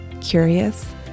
curious